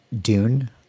Dune